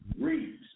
reads